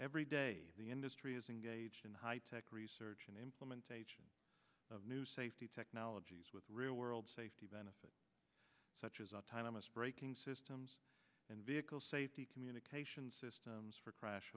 every day the industry is engaged in high tech research and implementation of new safety technologies with real world safety benefits such as autonomous braking systems and vehicle safety communication systems for crash